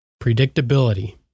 Predictability